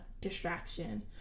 distraction